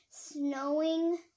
Snowing